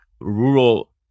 rural